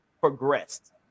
progressed